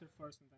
first